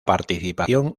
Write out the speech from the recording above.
participación